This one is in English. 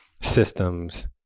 systems